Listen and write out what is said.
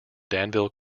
danville